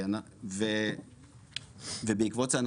בעקבות זה,